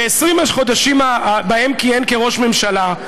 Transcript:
ב-20 החודשים שבהם כיהן כראש ממשלה,